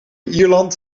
ierland